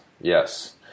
yes